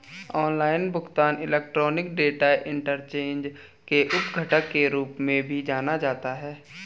online भुगतान electronic data interchange के उप घटक के रूप में भी जाना जाता है